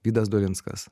vydas dolinskas